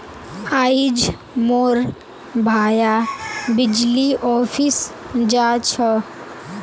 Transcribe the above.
आइज मोर भाया बिजली ऑफिस जा छ